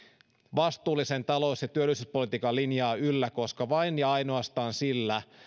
vastuullisen talous ja työllisyyspolitiikan linjaa yllä koska vain ja ainoastaan sillä